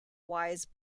wise